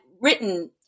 written